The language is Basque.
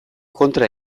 kontra